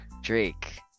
Drake